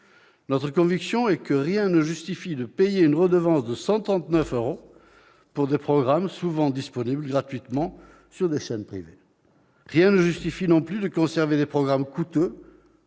sommes convaincus que rien ne justifie de payer une redevance annuelle de 139 euros pour des programmes souvent disponibles gratuitement sur les chaînes privées. Rien ne justifie, non plus, de conserver des programmes aussi coûteux